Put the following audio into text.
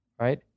Right